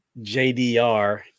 JDR